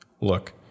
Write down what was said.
Look